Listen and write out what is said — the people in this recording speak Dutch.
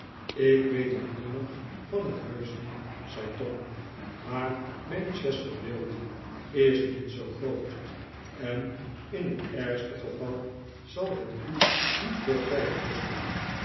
ik weet het nummer van het huis niet zei torn maar manchester buildings is niet zoo groot en in het ergste geval zal het u niet veel tijd kosten